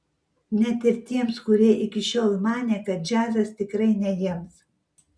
net ir tiems kurie iki šiol manė kad džiazas tikrai ne jiems